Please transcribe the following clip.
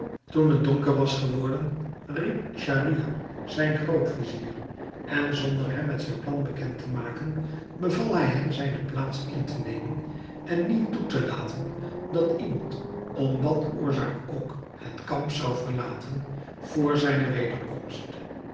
toen het donker was geworden riep schahriar zijn grootvizier en zonder hem met zijn plan bekend te maken beval hij hem zijne plaats in te nemen en niet toe te laten dat iemand om wat oorzaak ook het kamp zou verlaten vr zijne